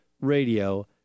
Radio